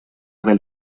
del